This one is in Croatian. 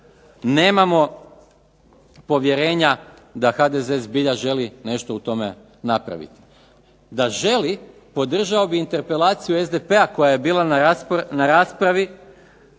nemamo povjerenja da HDZ zbilja želi nešto u tome napraviti. Da želi podržao bi interpelaciju SDP-a koja je bila na raspravi